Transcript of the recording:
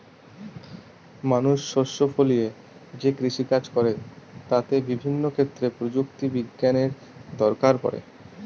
মানুষ শস্য ফলিয়ে যে কৃষিকাজ করে তাতে বিভিন্ন ক্ষেত্রে প্রযুক্তি বিজ্ঞানের দরকার পড়ে